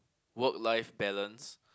work life balance